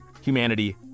humanity